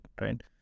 right